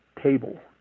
table